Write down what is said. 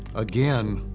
again,